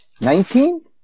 Nineteen